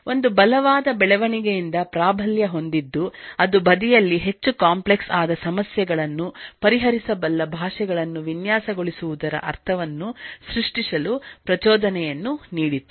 ಒಂದು ಬಲವಾದ ಬೆಳವಣಿಗೆಯಿಂದ ಪ್ರಾಬಲ್ಯ ಹೊಂದಿದ್ದು ಒಂದು ಬದಿಯಲ್ಲಿಹೆಚ್ಚು ಕಾಂಪ್ಲೆಕ್ಸ್ ಆದ ಸಮಸ್ಯೆಗಳನ್ನು ಪರಿಹರಿಸಬಲ್ಲ ಭಾಷೆಗಳನ್ನು ವಿನ್ಯಾಸಗೊಳಿಸುವುದರ ಅರ್ಥವನ್ನು ಸೃಷ್ಟಿಸಲು ಪ್ರಚೋದನೆಯನ್ನು ನೀಡಿತು